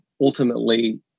ultimately